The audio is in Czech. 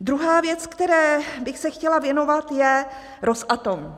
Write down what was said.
Druhá věc, které bych se chtěla věnovat, je Rosatom.